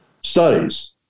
studies